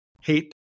hate